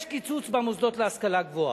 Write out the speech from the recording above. יש קיצוץ במוסדות להשכלה גבוהה.